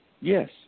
yes